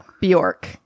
Bjork